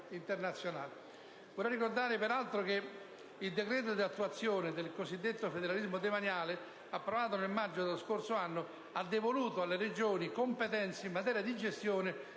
Vorrei ricordare, peraltro, che il decreto di attuazione del cosiddetto federalismo demaniale, approvato nel maggio dello scorso anno, ha devoluto alle Regioni competenze in materia di gestione